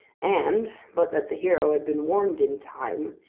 and, but that the hero had been warned in time,